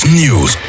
news